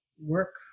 work